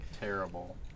terrible